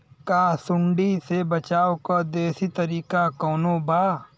का सूंडी से बचाव क देशी तरीका कवनो बा?